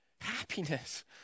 Happiness